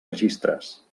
registres